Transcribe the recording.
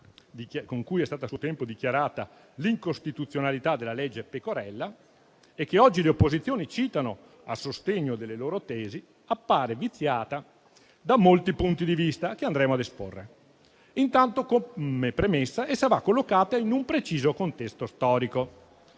con cui è stata a suo tempo dichiarata l'incostituzionalità della legge Pecorella e che oggi le opposizioni citano a sostegno delle loro tesi, appare viziata da molti punti di vista che andremo a esporre. Intanto, come premessa, essa va collocata in un preciso contesto storico,